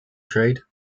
trade